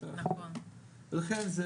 לכן זה,